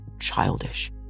Childish